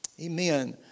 Amen